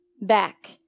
back